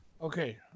Okay